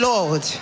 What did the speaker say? Lord